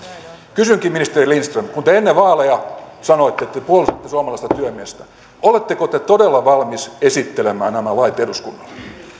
kysynkin ministeri lindström kun te ennen vaaleja sanoitte että te puolustatte suomalaista työmiestä oletteko te todella valmis esittelemään nämä lait eduskunnalle